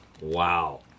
Wow